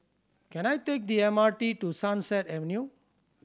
can I take the M R T to Sunset Avenue